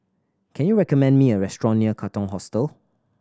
can you recommend me a restaurant near Katong Hostel